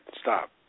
Stop